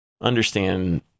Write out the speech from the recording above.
understand